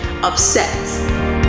upset